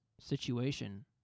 situation